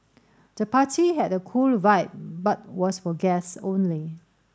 the party had a cool vibe but was for guests only